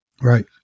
Right